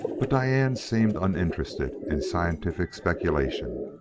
but diane seemed uninterested in scientific speculations.